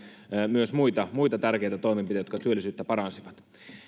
myös muita muita tärkeitä toimenpiteitä jotka työllisyyttä paransivat niin